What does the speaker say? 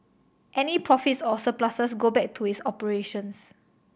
any profits or surpluses go back to its operations